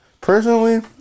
Personally